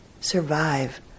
survive